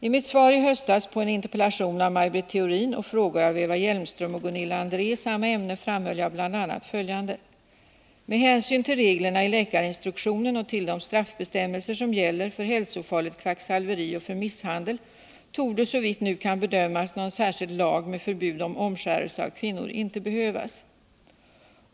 I mitt svar i höstas på en interpellation av Maj Britt Theorin och frågor av Eva Hjelmström och Gunilla André i samma ämne framhöll jag bl.a. följande: ”Med hänsyn till reglerna i läkarinstruktionen och till de straffbestämmel ser som gäller för hälsofarligt kvacksalveri och för misshandel torde, såvitt nu kan bedömas, någon särskild lag med förbud mot omskärelse av kvinnor inte behövas.